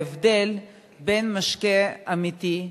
ההבדל בין משקה אמיתי,